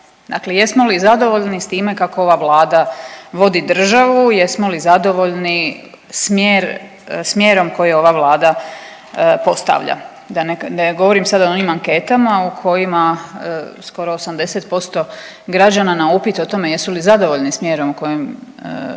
dakle jesmo li zadovoljni s time kako ova Vlada vodi državu, jesmo li zadovolji smjerom koji ova Vlada postavlja da ne govorim sada o onim anketama u kojima skoro 80% građana na upit o tome jesu li zadovoljni smjerom koji